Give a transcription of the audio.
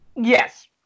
yes